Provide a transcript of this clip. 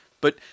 But-